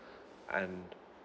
and